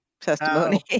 testimony